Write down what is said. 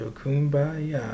kumbaya